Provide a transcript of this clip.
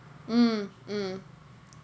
mm mm